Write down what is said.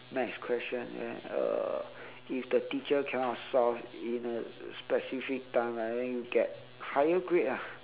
maths question and uh if the teacher cannot solve in a specific time right then you get higher grade ah